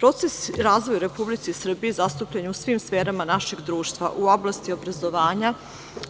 Proces razvoja u Republici Srbiji zastupljen je u svim sferama našeg društva - u oblasti obrazovanja,